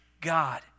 God